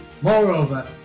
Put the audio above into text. Moreover